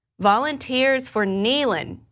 volunteers for nehlen,